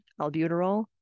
albuterol